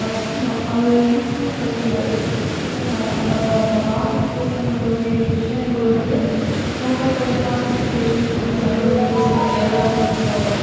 கஷ்டந்தான் அது ஈஸின்னு சொல்ல முடியாது ஒரு ஆர்ட்டிஸ்ட் ஃபேஸ் பண்ண வேண்டிய விஷயங்கள் வந்து ஒவ்வொருத்தவங்கள் ஃபேமிலி சிச்சிவேஷன் அவங்க சர்கம்ஸ்டான்சஸ் அது எல்லாத்தையும் சேர்த்து தான் வரும்